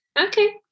Okay